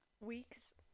Weeks